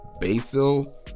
basil